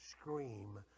scream